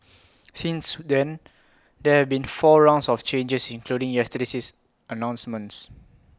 since then there have been four rounds of changes including yesterday's announcements